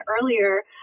earlier